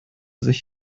sich